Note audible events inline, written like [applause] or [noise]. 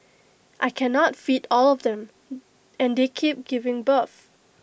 I cannot feed all of them [noise] and they keep giving birth